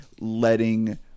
letting